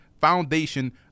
foundation